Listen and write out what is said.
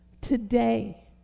Today